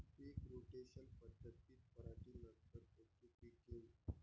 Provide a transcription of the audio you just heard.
पीक rotation पद्धतीत पराटीनंतर कोनचे पीक घेऊ?